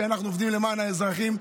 כי אנחנו עובדים למען האזרחים.